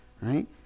right